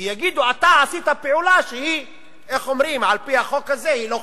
כי יגידו: אתה עשית פעולה שהיא על-פי החוק הזה לא חוקית.